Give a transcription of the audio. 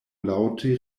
laŭte